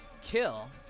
kill